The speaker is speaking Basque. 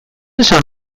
esan